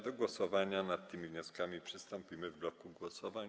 Do głosowania nad tymi wnioskami przystąpimy w bloku głosowań.